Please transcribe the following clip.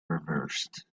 reversed